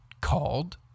called